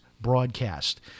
broadcast